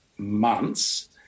months